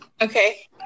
Okay